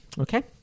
Okay